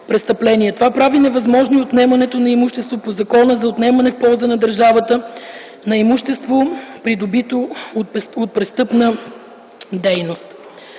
Това прави невъзможно и отнемането на имущество по Закона за отнемане в полза на държавата на имущество, придобито от престъпна дейност.